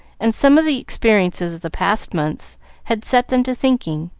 and some of the experiences of the past months had set them to thinking,